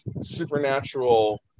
supernatural